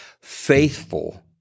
faithful